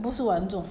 err